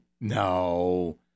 no